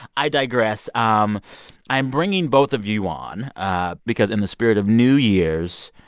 i digress. um i'm bringing both of you on ah because in the spirit of new year's,